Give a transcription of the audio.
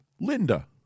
Linda